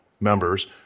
members